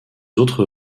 autres